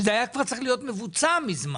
זה היה כבר צריך להיות מבוצע ממזמן.